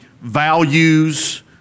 values